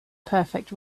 perfect